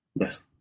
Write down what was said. Yes